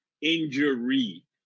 injury